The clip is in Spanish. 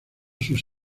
sus